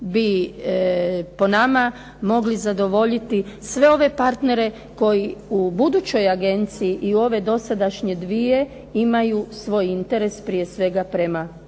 bi po nama mogli zadovoljiti sve ove partnere koji u budućoj agenciji i u ove dosadašnje dvije imaju svoj interes prije svega prema